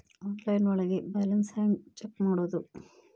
Online ಒಳಗೆ balance ಹ್ಯಾಂಗ check ಮಾಡೋದು?